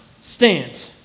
stand